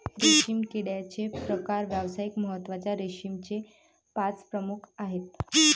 रेशीम किड्याचे प्रकार व्यावसायिक महत्त्वाच्या रेशीमचे पाच प्रमुख प्रकार आहेत